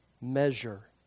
measure